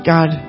God